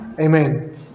Amen